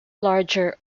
larger